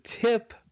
tip